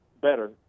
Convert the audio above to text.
better